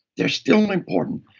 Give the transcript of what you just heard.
they're still important.